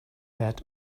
had